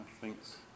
thanks